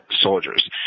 soldiers